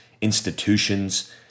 institutions